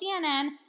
CNN